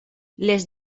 les